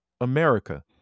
America